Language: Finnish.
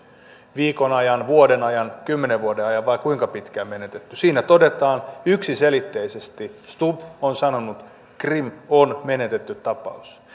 viikon ajan vuoden ajan kymmenen vuoden ajan vai kuinka pitkään menetetty siinä yksiselitteisesti stubb on sanonut krim on menetetty tapaus